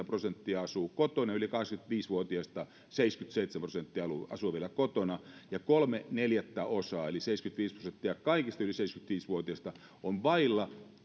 prosenttia asuu kotona yli kahdeksankymmentäviisi vuotiaista seitsemänkymmentäseitsemän prosenttia asuu vielä kotona ja kolme neljäsosaa eli seitsemänkymmentäviisi prosenttia kaikista yli seitsemänkymmentäviisi vuotiaista on vailla